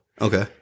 Okay